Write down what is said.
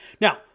Now